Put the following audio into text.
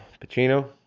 Pacino